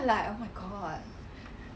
oh shit then how then you change